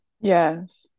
Yes